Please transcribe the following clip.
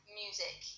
music